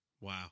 Wow